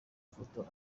ifoto